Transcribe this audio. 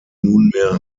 nunmehr